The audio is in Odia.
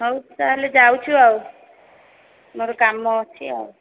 ହଉ ତାହେଲେ ଯାଉଛୁ ଆଉ ମୋର କାମ ଅଛି ଆଉ